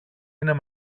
είναι